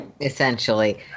Essentially